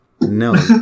No